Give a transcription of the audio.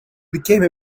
became